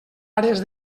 àrees